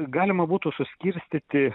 galima būtų suskirstyti